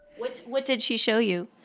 what what did she show you?